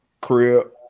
Crib